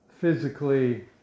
physically